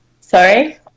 Sorry